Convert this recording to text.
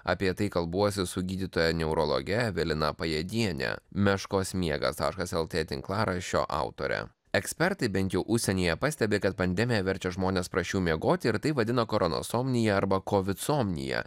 apie tai kalbuosi su gydytoja neurologe evelina pajėdiene meškos miegas taškas el t tinklaraščio autorė ekspertai bent jau užsienyje pastebi kad pandemija verčia žmones prasčiau miegoti ir tai vadina koronosomnija arba kovidsomnija